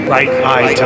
Right-Eye